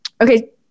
Okay